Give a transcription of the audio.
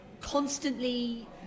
constantly